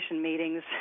meetings